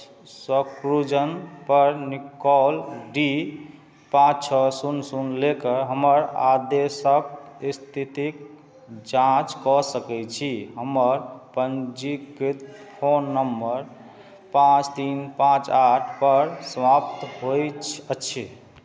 शॉपक्लूजपर Nikon D पाँच छओ शून्य शून्य ले कऽ हमर आदेशक स्थितिक जाँच कऽ सकैत छी हमर पञ्जीकृत फोन नम्बर पाँच तीन पाँच आठपर समाप्त होइत अछि